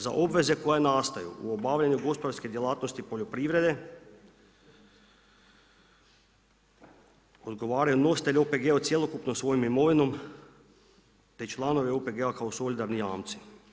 Za obveze koje nastaju u obavljanju gospodarske djelatnosti poljoprivrede odgovaraju nositelji OPG-a cjelokupnom svojom imovinom te članovi OPG kao solidarni jamci.